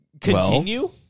continue